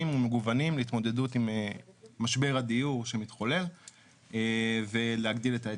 ומגוונים להתמודדות עם משבר הדיור שמתחולל ולהגדיל את ההיצע.